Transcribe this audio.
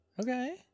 Okay